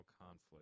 conflict